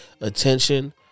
attention